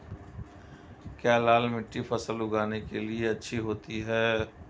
क्या लाल मिट्टी फसल उगाने के लिए अच्छी होती है?